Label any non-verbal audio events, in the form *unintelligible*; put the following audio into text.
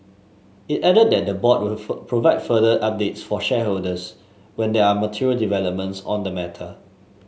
it added that the board will *unintelligible* provide further updates for shareholders when there are material developments on the matter